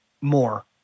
more